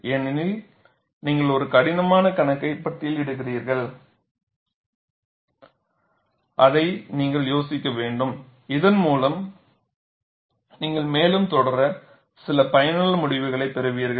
ஏனெனில் நீங்கள் ஒரு கடினமான கணக்கை பட்டியலிடுகிறீர்கள் அதை நீங்கள் யோசிக்க வேண்டும் இதன் மூலம் நீங்கள் மேலும் தொடர சில பயனுள்ள முடிவுகளைப் பெறுவீர்கள்